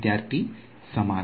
ವಿದ್ಯಾರ್ಥಿ ಸಮಾನ